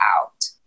out